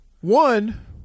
One